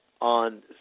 on